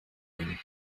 une